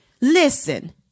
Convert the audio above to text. Listen